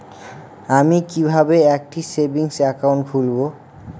আমি কিভাবে একটি সেভিংস অ্যাকাউন্ট খুলব?